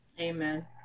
amen